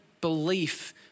belief